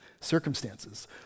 circumstances